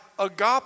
agape